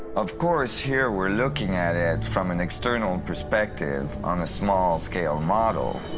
of course, here we're looking at it from an external and perspective on a small scale model.